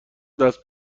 دست